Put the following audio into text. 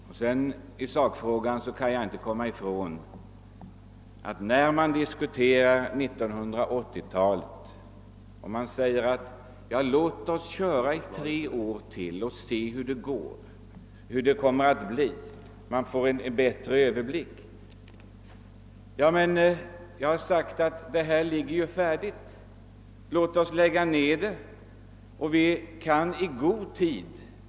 När det gäller sakfrågan vill jag än en gång vända mig emot att man vill hålla verksamheten i gång under ytterligare tre år för att se hur det går och för att få en bättre överblick. Det gäller här ändå 1980-talet. Jag har redan framhållit att anläggningen nu är färdig och att verksamheten kan läggas ned.